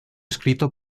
escrito